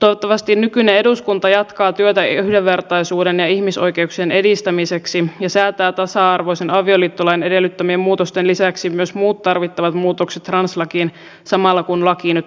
toivottavasti nykyinen eduskunta jatkaa työtä yhdenvertaisuuden ja ihmisoikeuksien edistämiseksi ja säätää tasa arvoisen avioliittolain edellyttämien muutosten lisäksi myös muut tarvittavat muutokset translakiin samalla kun laki nyt avataan